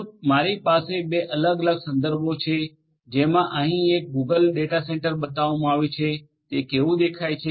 તો મારી પાસે બે અલગ અલગ સંદર્ભો છે જેમાં અહીં એક ગૂગલ ડેટા સેન્ટર બતાવવામાં આવ્યું છે તે કેવુ દેખાય છે